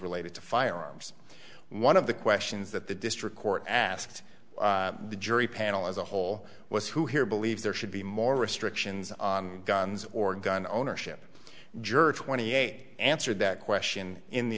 related to firearms one of the questions that the district court asked the jury panel as a whole was who here believes there should be more restrictions on guns or gun ownership gertie twenty eight answered that question in the